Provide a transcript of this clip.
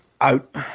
out